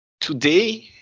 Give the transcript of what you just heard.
today